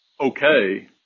okay